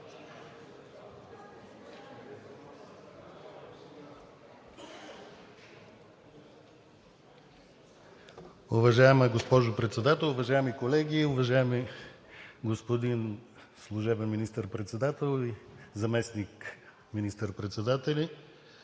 Уважаема госпожо Председател, уважаеми колеги, уважаеми господин служебен Министър-председател и Заместник-министър председатели!